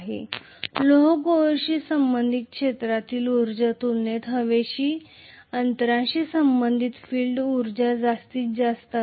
तर लोहाच्या कोरशी निगडित क्षेत्रातील उर्जेच्या तुलनेत हवेच्या अंतराशी संबंधित फील्ड उर्जा जास्त असेल